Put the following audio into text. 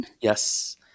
Yes